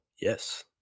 Yes